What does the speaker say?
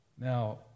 Now